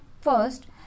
first